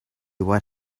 what